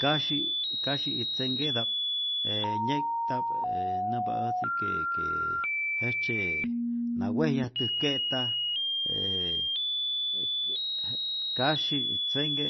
Kasyi' kasyi y tzenhketa'p e nye'kta'p ee nämpa äjtzi que que jejtzye na wejyajtäjke'ta e e je' kasyi, tzenhke